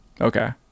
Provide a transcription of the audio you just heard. Okay